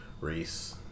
Reese